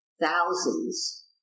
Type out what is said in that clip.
Thousands